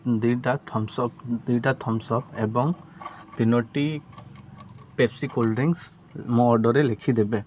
ଦୁଇଟା Thums Up ଦୁଇଟା Thums Up ଏବଂ ତିନୋଟି ପେପ୍ସି କୋଲ୍ଡ଼ ଡ୍ରିଙ୍କସ୍ ମୋ ଅର୍ଡ଼ର୍ରେ ଲେଖିଦେବେ